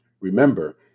Remember